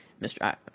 Mr